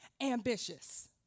ambitious